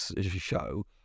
show